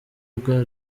bwa